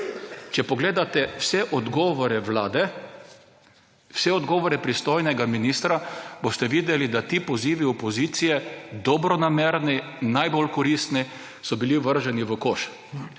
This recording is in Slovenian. Če pogledate vse odgovore Vlade, vse odgovore pristojnega ministra, boste videli, da so bili ti dobronamerni, najbolj koristni pozivi opozicije vrženi v koš.